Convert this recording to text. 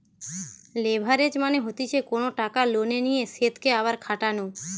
leverage মানে হতিছে কোনো টাকা লোনে নিয়ে সেতকে আবার খাটানো